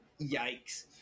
Yikes